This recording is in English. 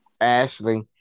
Ashley